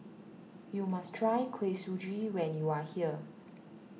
you must try Kuih Suji when you are here